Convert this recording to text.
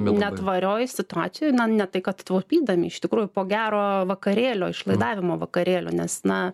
netvarioj situacijoj na ne tai kad taupydami iš tikrųjų po gero vakarėlio išlaidavimo vakarėlio nes na